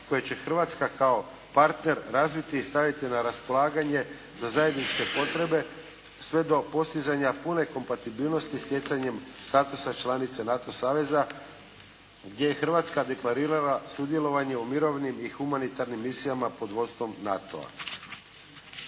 koje će Hrvatska kao partner razviti i staviti na raspolaganje za zajedničke potrebe sve do postizanja pune kompatibilnosti stjecanjem statusa članice NATO saveza, gdje je Hrvatska deklarirala sudjelovanje u mirovnim i humanitarnim misijama pod vodstvom NATO-a.